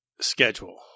schedule